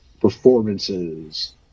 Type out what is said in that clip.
performances